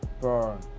burn